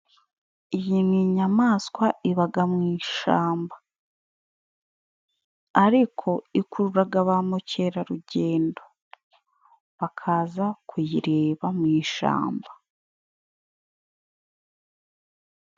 Iyi ni inyamaswa ibaga mu ishamba, ariko ikururaga ba mukerarugendo bakaza kuyireba mu ishamba.